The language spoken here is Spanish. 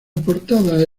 portada